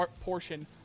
portion